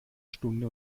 stunde